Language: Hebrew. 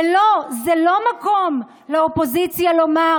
ולא, זה לא מקום לאופוזיציה לומר: